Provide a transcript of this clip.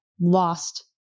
lost